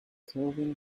kelvin